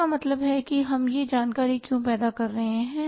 इसका मतलब है कि हम यह जानकारी क्यों पैदा कर रहे हैं